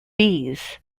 bees